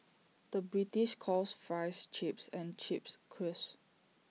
the British calls Fries Chips and Chips Crisps